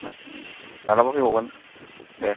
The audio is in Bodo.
ओ माब्लाबा फैबावगोन दे